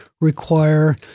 require